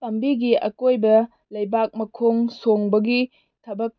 ꯄꯥꯝꯕꯤꯒꯤ ꯑꯀꯣꯏꯕ ꯂꯩꯕꯥꯛ ꯃꯈꯣꯡ ꯁꯣꯝꯕꯒꯤ ꯊꯕꯛ